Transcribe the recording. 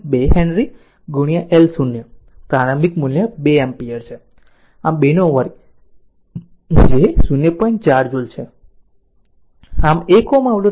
2 henry L 0 પ્રારંભિક મૂલ્ય 2 ampere છે આમ 2 વર્ગ જે 0